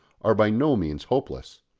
are by no means hopeless.